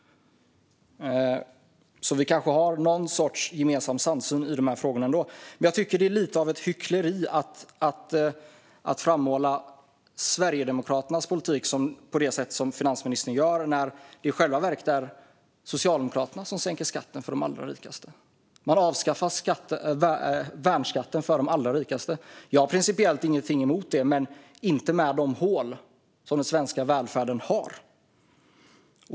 Vi kanske ändå har någon sorts gemensam syn i de här frågorna. Jag tycker att det är lite av ett hyckleri att framhålla Sverigedemokraternas politik på det sätt som finansministern gör när det i själva verket är Socialdemokraterna som sänker skatten för de allra rikaste. Man avskaffar värnskatten för de allra rikaste. Jag har principiellt ingenting emot det. Men inte med de hål som den svenska välfärden har.